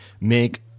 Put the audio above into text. make